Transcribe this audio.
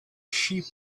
sheep